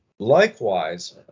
Likewise